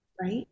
right